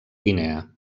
guinea